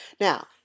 Now